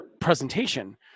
presentation